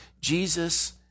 Jesus